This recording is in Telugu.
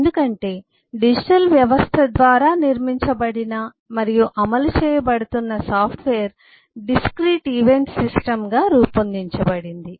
ఎందుకంటే డిజిటల్ వ్యవస్థ ద్వారా నిర్మించబడిన మరియు అమలు చేయబడుతున్న సాఫ్ట్వేర్ డిస్క్రీట్ ఈవెంట్ సిస్టమ్ గా రూపొందించబడింది